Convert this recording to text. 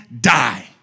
die